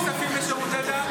אין כספים לשירותי דת?